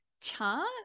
chart